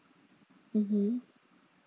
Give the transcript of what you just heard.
mmhmm